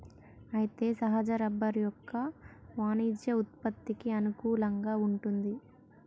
అయితే సహజ రబ్బరు యొక్క వాణిజ్య ఉత్పత్తికి అనుకూలంగా వుంటుంది